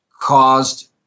caused